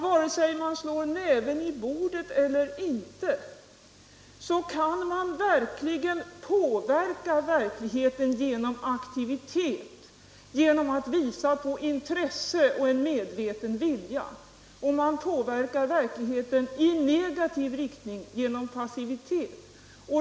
Vare sig man slår näven i bordet eller inte kan man sannerligen påverka verkligheten genom aktivitet, genom att visa intresse och medveten vilja. Man påverkar verkligheten i negativ riktning genom passivitet.